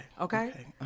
Okay